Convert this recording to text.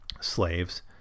slaves